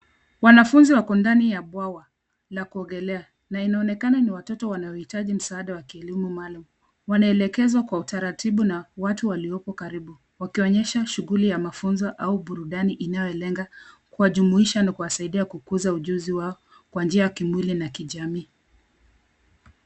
Wanafunzi wako ndani ya bwawa la kuogelea na inaonekana ni watoto wanaoitaji msaada wa kielimu maalum. Wanaelekezwa kwa utaratibu na watu walioko karibu. Wakionyesha shughuli ya mafunzo au burundani inayolenga kuwajumuisha na kuwasaidia na kukuza ujuzi wao kwa njia ya kimwili na kijamii.